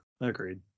Agreed